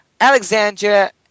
Alexandra